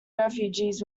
refugees